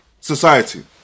society